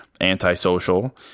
antisocial